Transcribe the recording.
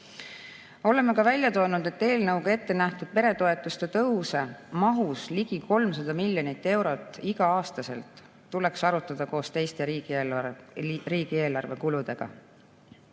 Oleme ka välja toonud, et eelnõuga ette nähtud peretoetuste tõuse mahus ligi 300 miljonit eurot iga-aastaselt tuleks arutada koos teiste riigieelarve